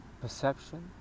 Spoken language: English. perception